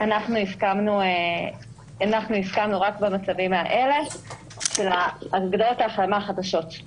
אנחנו הסכמנו רק במצבים האלה של הגדרות ההחלמה החדשות.